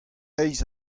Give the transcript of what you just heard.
eizh